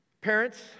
Parents